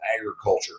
agriculture